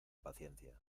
paciencia